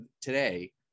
today